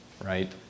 right